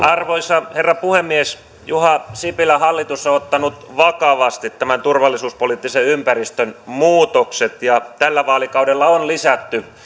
arvoisa herra puhemies juha sipilän hallitus on ottanut vakavasti tämän turvallisuuspoliittisen ympäristön muutokset ja tällä vaalikaudella on lisätty